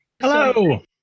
Hello